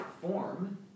form